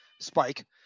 Spike